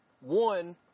one